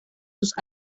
sus